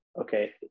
Okay